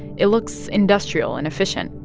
it looks industrial and efficient,